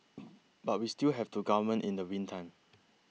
but we still have to govern in the meantime